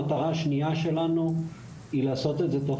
המטרה השנייה שלנו היא לעשות את זה תוך